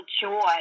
joy